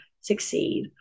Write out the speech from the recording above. succeed